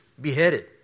beheaded